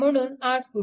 म्हणून 8 i